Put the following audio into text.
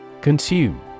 Consume